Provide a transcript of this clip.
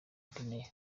guinée